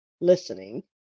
listening